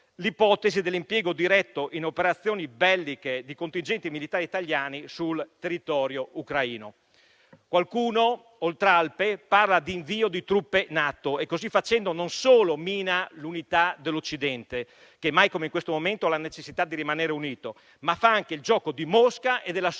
l'ipotesi dell'impiego diretto in operazioni belliche di contingenti militari italiani sul territorio ucraino. Qualcuno oltralpe parla di invio di truppe NATO e così facendo non solo mina l'unità dell'Occidente, che mai come in questo momento ha la necessità di rimanere unito, ma fa anche il gioco di Mosca e della sua